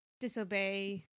Disobey